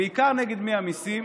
בעיקר נגד מי המיסים?